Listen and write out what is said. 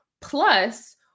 Plus